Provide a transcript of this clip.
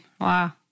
Wow